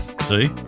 see